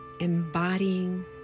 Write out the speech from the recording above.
embodying